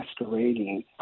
masquerading